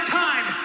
time